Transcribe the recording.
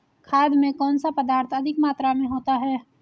खाद में कौन सा पदार्थ अधिक मात्रा में होता है?